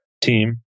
team